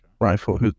rifle